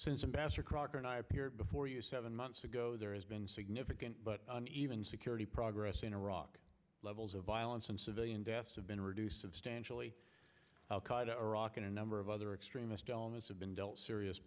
appeared before you seven months ago there has been significant but even security progress in iraq levels of violence and civilian deaths have been reduced substantially iraq and a number of other extremist elements have been dealt serious